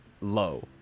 low